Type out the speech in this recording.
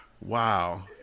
Wow